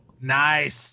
Nice